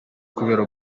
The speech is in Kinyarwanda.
kubera